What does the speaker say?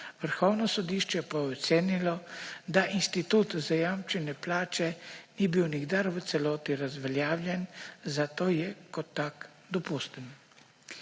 Vrhovno sodišče je ocenilo, da institut zajamčene plače ni bil nikdar v celoti razveljavljen, zato je kot tak dopusten.